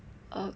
uh